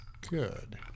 good